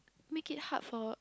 make it hard for